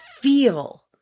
feel